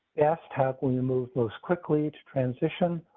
asked how can we move those quickly to transition?